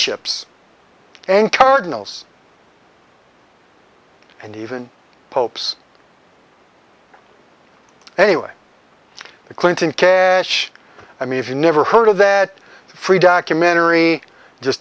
bishops and cardinals and even pope's anyway a clinton i mean if you never heard of that free documentary just